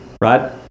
right